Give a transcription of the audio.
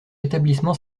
établissement